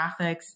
graphics